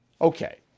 Okay